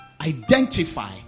identify